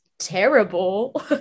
terrible